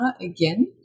again